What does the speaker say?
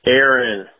Aaron